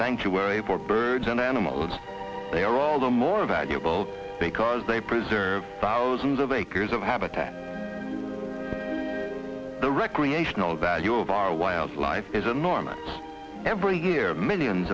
sanctuary for birds and animals they are all the more valuable because they preserve thousands of acres of habitat the recreational value of our wildlife is and norman every year millions